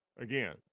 Again